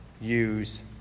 use